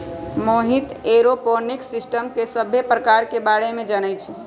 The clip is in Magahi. मोहित ऐरोपोनिक्स सिस्टम के सभ्भे परकार के बारे मे जानई छई